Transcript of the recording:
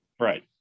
right